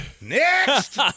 Next